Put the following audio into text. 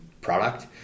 product